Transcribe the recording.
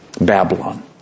Babylon